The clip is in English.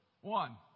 One